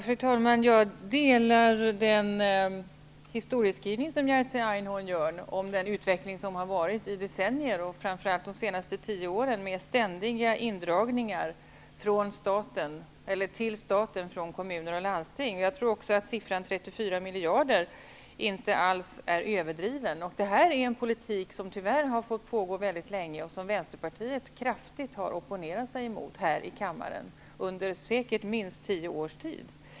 Fru talman! Jag delar den historiebeskrivning som Jerzy Einhorn gör om utvecklingen sedan decennier och framför allt de senaste tio åren med ständiga indragningar till staten från kommmuner och landsting. Jag tror också att siffran 34 miljarder inte alls är överdriven. Det här en politik som tyvärr har fått pågå väldigt länge och som Vänsterpartiet kraftigt har opponerat emot i kammaren under säkert minst tio års tid.